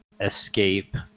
escape